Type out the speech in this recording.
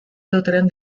lutheran